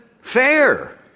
fair